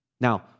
Now